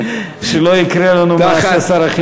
שלא יקרה לנו מה שקרה לשר החינוך.